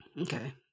Okay